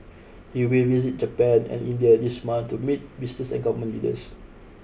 he will visit Japan and India this month to meet business and government leaders